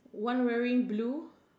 one wearing blue